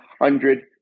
hundred